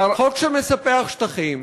חוק שמספח שטחים.